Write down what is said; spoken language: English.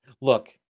Look